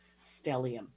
stellium